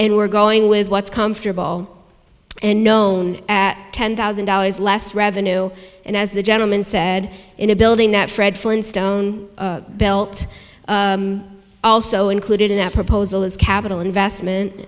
and we're going with what's comfortable and known at ten thousand dollars less revenue and as the gentleman said in a building that fred flintstone belt also included in that proposal is capital investment